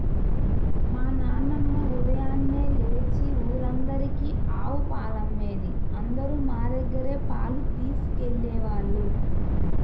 మా నాన్నమ్మ ఉదయాన్నే లేచి ఊరందరికీ ఆవు పాలమ్మేది, అందరూ మా దగ్గరే పాలు తీసుకెళ్ళేవాళ్ళు